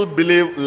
believe